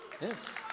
Yes